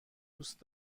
دوست